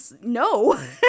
No